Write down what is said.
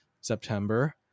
september